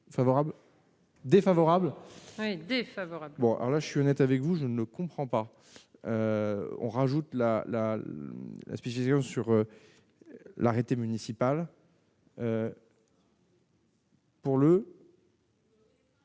favorable, défavorable, défavorable, bon alors là je suis honnête avec vous, je ne comprends pas, on rajoute la la l'inspiration sur l'arrêté municipal. Pour le.